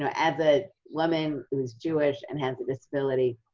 so as a woman who's jewish and has a disability,